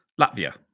Latvia